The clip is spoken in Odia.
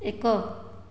ଏକ